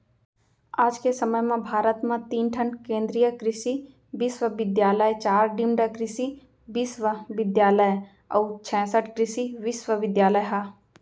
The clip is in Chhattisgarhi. आज के समे म भारत म तीन ठन केन्द्रीय कृसि बिस्वबिद्यालय, चार डीम्ड कृसि बिस्वबिद्यालय अउ चैंसठ कृसि विस्वविद्यालय ह